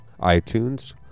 iTunes